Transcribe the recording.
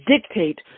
dictate